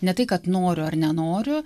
ne tai kad noriu ar nenoriu